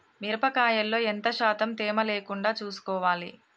మిరప కాయల్లో ఎంత శాతం తేమ లేకుండా చూసుకోవాలి?